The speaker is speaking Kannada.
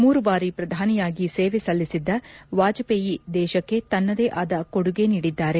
ಮೂರು ಬಾರಿ ಪ್ರಧಾನಿಯಾಗಿ ಸೇವೆ ಸಲ್ಲಿಸಿದ್ದ ವಾಜಪೇಯಿ ದೇಶಕ್ಕೆ ತನ್ನದೇ ಆದ ಕೊಡುಗೆ ನೀಡಿದ್ದಾರೆ